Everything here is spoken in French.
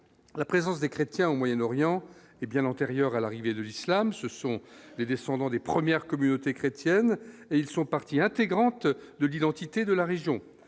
la présence des chrétiens au Moyen-Orient et bien antérieure à l'arrivée de l'Islam, ce sont les descendants des premières communautés chrétiennes et ils sont partie intégrante de l'identité de la région